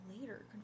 later